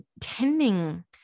tending